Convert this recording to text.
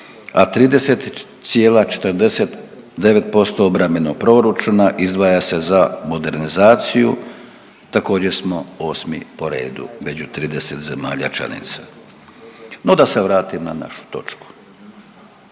a 30,49% obrambenog proračuna izdvaja se za modernizaciju. Također smo 8 po redu među 30 zemalja članica. No, da se vratim na našu točku.